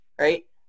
right